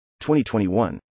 2021